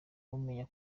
umenya